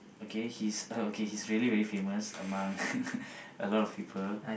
okay he's uh okay really really very famous among a lot of people